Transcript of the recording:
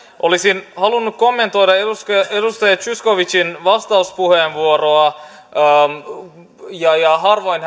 olisin halunnut kommentoida edustaja zyskowiczin vastauspuheenvuoroa harvoin